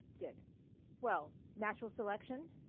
dick well, natural selection?